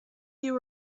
you